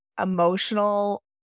emotional